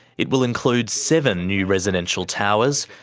it will include seven new residential towers,